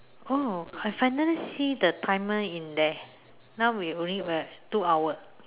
oh I finally see the timer in there now we only at two hour